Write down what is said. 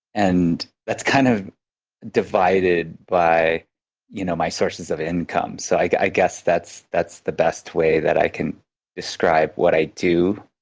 and that's kind of divided by you know my sources of income. so like i guess that's that's the best way that i can describe what i do.